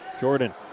Jordan